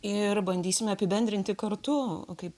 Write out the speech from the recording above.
ir bandysime apibendrinti kartu kaip